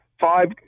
Five